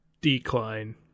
decline